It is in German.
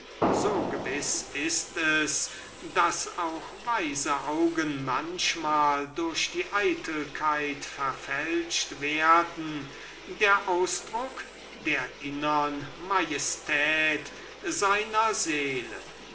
so gewiß ist es daß auch weise augen manchmal durch die eitelkeit verfälscht werden der ausdruck der innern majestät seiner seele